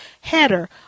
header